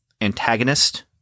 antagonist